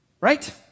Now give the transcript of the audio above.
right